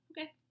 Okay